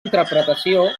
interpretació